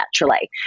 naturally